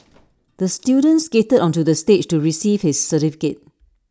the student skated onto the stage to receive his certificate